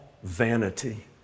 Vanity